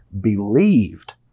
believed